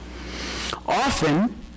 Often